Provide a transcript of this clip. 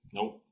Nope